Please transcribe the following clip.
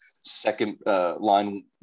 second-line